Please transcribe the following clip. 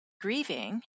grieving